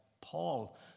Paul